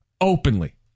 openly